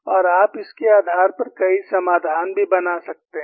और आप इसके आधार पर कई समाधान भी बना सकते हैं